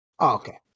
okay